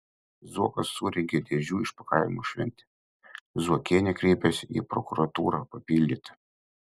zuokas surengė dėžių išpakavimo šventę zuokienė kreipėsi į prokuratūrą papildyta